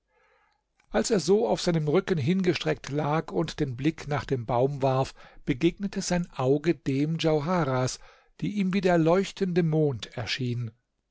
als er so auf seinem rücken hingestreckt lag und den blick nach dem baum warf begegnete sein auge dem djauharahs die ihm wie der leuchtende mond erschien